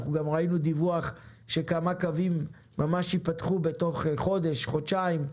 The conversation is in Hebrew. ראינו דיווח שכמה קווים ייפתחו ממש בתוך חודש-חודשיים,